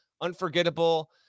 unforgettable